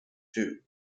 due